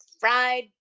fried